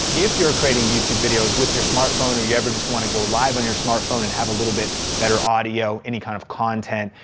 if you're creating youtube videos with your smartphone or if you ever just wanna go live on your smartphone and have a little bit better audio, any kind of content,